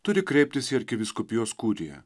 turi kreiptis į arkivyskupijos kuriją